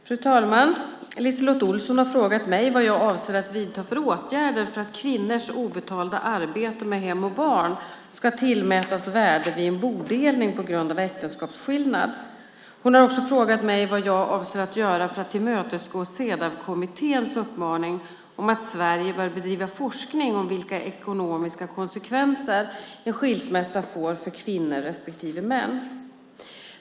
Fru talman! LiseLotte Olsson har frågat mig vad jag avser att vidta för åtgärder för att kvinnors obetalda arbete med hem och barn ska tillmätas värde vid en bodelning på grund av äktenskapsskillnad. Hon har också frågat mig vad jag avser att göra för att tillmötesgå Cedawkommitténs uppmaning att Sverige bör bedriva forskning om vilka ekonomiska konsekvenser en skilsmässa får för kvinnor respektive män.